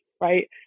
right